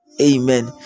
amen